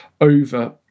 over